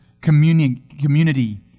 community